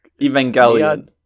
Evangelion